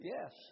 Yes